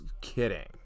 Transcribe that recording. kidding